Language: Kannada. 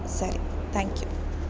ಸರಿ ಥ್ಯಾಂಕ್ ಯು